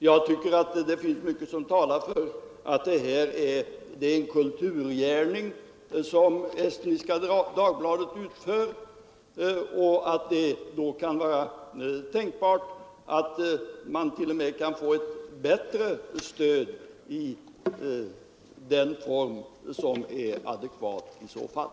Jag tycker att det finns mycket som talar för att det är en kulturgärning som Estniska Dagbladet utför och att det då kan vara tänkbart att man t.o.m. kan få ett bättre stöd i den form som är adekvat i så fall.